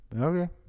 Okay